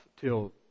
till